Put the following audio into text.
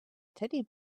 teddy